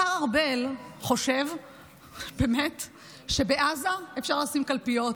השר ארבל חושב באמת שבעזה אפשר לשים קלפיות.